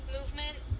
movement